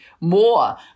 more